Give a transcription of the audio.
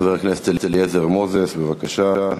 חבר הכנסת אליעזר מוזס, בבקשה.